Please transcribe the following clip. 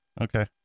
Okay